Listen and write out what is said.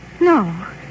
No